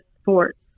sports